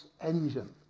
engine